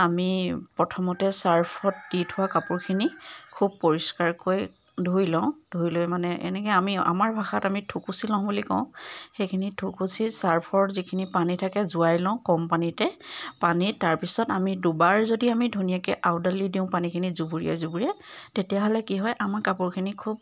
আমি প্ৰথমতে ছাৰ্ফত দি থোৱা কাপোৰখিনি খুব পৰিষ্কাৰকৈ ধুই লওঁ ধুই লৈ মানে এনেকৈ আমি আমাৰ ভাষাত আমি থুকুচি লওঁ বুলি কওঁ সেইখিনি থুকুচি ছাৰ্ফৰ যিখিনি পানী থাকে যোৱাই লওঁ কম পানীতে পানী তাৰপিছত আমি দুবাৰ যদি আমি ধুনীয়াকৈ আওডালি দিওঁ পানীখিনি জুবুৰিয়াই জুবুৰিয়াই তেতিয়াহ'লে কি হয় আমাৰ কাপোৰখিনি খুব